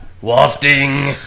Wafting